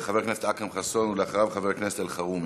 חבר הכנסת אכרם חסון, ואחריו, חבר הכנסת אלחרומי.